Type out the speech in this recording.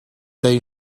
they